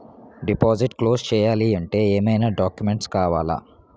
Deposit close చేయాలి అంటే ఏమైనా డాక్యుమెంట్స్ కావాలా?